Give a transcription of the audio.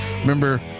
Remember